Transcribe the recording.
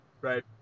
Right